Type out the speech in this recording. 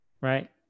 Right